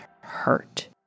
hurt